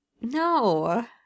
No